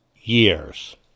years